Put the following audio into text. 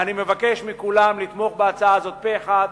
ואני מבקש מכולם לתמוך בהצעה הזאת פה-אחד,